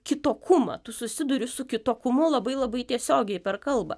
kitokumą tu susiduri su kitokumu labai labai tiesiogiai per kalbą